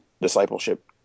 discipleship